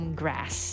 grass